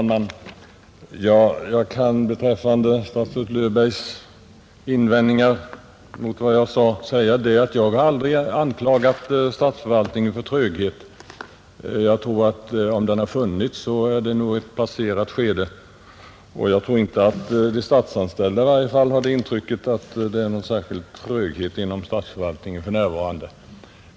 Herr talman! Jag kan beträffande statsrådet Löfbergs invändningar mot vad jag sade framhålla att jag aldrig anklagat statsförvaltningen för tröghet. Om en sådan tröghet har funnits, tillhör den nog ett passerat skede. Och jag tror i varje fall inte att de statsanställda har det intrycket att det råder någon särskild tröghet inom statsförvaltningen för närvarande.